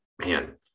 man